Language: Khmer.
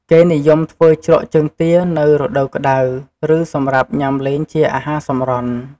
គេនិយមធ្វើជ្រក់ជើងទានៅរដូវក្តៅ ឬសម្រាប់ញ៉ាំលេងជាអាហារសម្រន់។